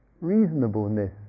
reasonableness